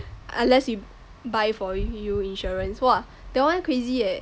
unless you buy for you you insurance !wah! that one crazy eh